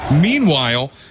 Meanwhile